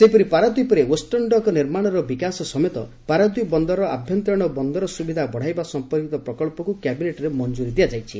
ସେହିପରି ପାରାଦୀପରେ western dock ନିର୍ମାଣର ବିକାଶ ସମେତ 'ପାରାଦୀପ ବନ୍ଦରର ଆଭ୍ୟନ୍ତରୀଣ ବନ୍ଦର ସୁବିଧା ବଢ଼ାଇବା' ସମ୍ପର୍କୀତ ପ୍ରକଳ୍ପକୁ କ୍ୟାବିନେଟ୍ରେ ମଞ୍ଜୁରି ଦିଆଯାଇଛି